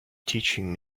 teaching